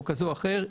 או ערוץ אחר,